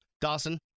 Dawson